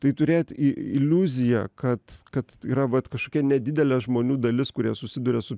tai turėt iliuziją kad kad yra vat kažkokia nedidelė žmonių dalis kurie susiduria su